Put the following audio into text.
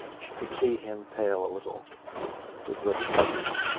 she could see him pale a little his lips tightened.